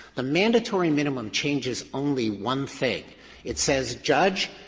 the mandatory minimum changes only one thing it says, judge,